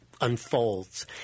unfolds